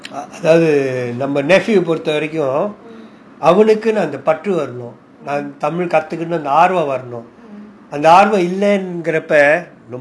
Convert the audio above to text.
அதாவதுஅவனுக்குஅந்தபற்றுவரணும்அந்ததமிழ்கத்துக்கணும்னுஆர்வம்வரணும்அந்தஆர்வம்இல்லாதப்ப:adhavathu avanuku andha patru varanum andha tamil kathukanumnu arvam varanum andha arvam illathapo okay